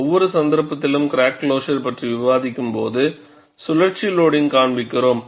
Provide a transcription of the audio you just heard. ஒவ்வொரு சந்தர்ப்பத்திலும் crack closer பற்றி விவாதிக்கும்போது சுழற்சி லோடிங்க் காண்பிக்கிறோம்